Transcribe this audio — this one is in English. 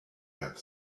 had